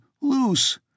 Loose